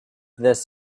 this